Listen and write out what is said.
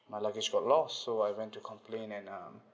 my luggage got lost so I went to complain and um